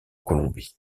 colombie